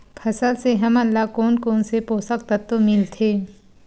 फसल से हमन ला कोन कोन से पोषक तत्व मिलथे?